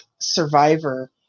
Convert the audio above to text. Survivor